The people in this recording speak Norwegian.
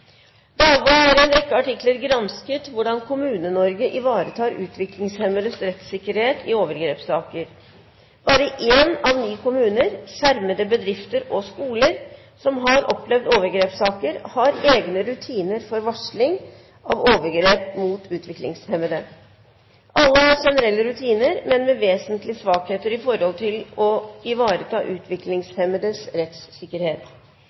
det er risiko for at utviklingshemmede blir utsatt for seksuelle overgrep. Dagbladet hevder i sine artikler at bare én av ni kommuner, skjermede bedrifter og skoler som har opplevd overgrepssaker, har egne rutiner for varsling av overgrep mot utviklingshemmede. Mye kan tyde på at de generelle rutinene har vesentlige svakheter når det gjelder å ivareta utviklingshemmedes rettssikkerhet.